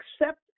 accept